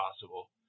possible